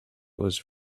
was